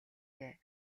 дээ